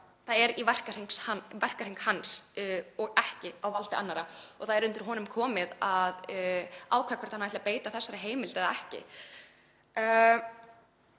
það er í hans verkahring og ekki á valdi annarra. Það er undir honum komið að ákveða hvort hann ætli að beita þessari heimild eða ekki.